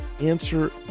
answer